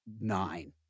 nine